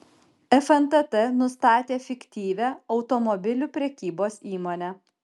fntt nustatė fiktyvią automobilių prekybos įmonę